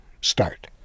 start